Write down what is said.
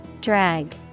Drag